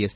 S